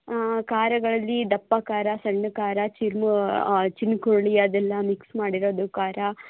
ಖಾರಗಳಲ್ಲಿ ದಪ್ಪ ಖಾರ ಸಣ್ಣ ಖಾರ ಚಿರ್ಮು ಚಿನ್ ಕುರುಳಿ ಅದೆಲ್ಲ ಮಿಕ್ಸ್ ಮಾಡಿರೋದು ಖಾರ